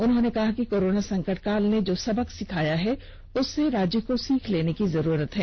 उन्होंने कहा कि कोरोना संकटकाल ने जो सबक दिया है उससे राज्य को सीख लेने की जरूरत है